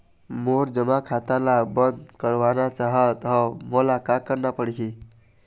मोर जमा खाता ला बंद करवाना चाहत हव मोला का करना पड़ही?